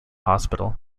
hospital